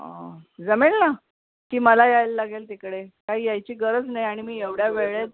जमेल ना की मला यायला लागेल तिकडे काही यायची गरज नाही आणि मी एवढ्या वेळेत